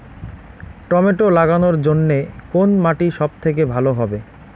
Tomato লাগানোর জন্যে কোন মাটি সব থেকে ভালো হবে?